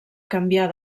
canviar